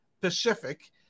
Pacific